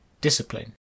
discipline